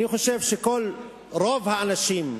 אני חושב שרוב האנשים,